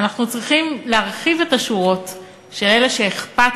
אנחנו צריכים להרחיב את השורות של אלה שאכפת